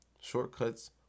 Shortcuts